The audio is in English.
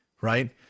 right